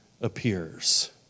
appears